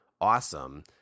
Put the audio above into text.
awesome